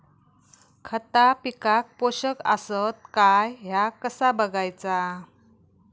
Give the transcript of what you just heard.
खता पिकाक पोषक आसत काय ह्या कसा बगायचा?